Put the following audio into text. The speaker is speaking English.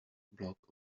block